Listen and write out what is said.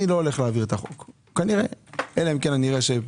אני לא הולך להעביר את החוק כנראה אלא אם כן אראה משהו,